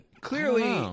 Clearly